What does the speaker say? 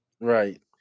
Right